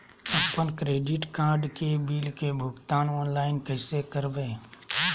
अपन credit card के bill के भुगतान ऑनलाइन कैसे करबैय?